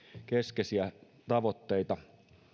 keskeisiä tavoitteita